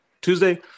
Tuesday